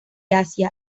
asia